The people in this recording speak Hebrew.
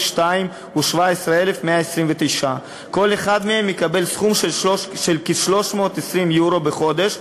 2 הוא 17,129. כל אחד מהם מקבל סכום של כ-320 יורו בחודש,